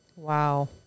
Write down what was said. Wow